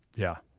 yeah.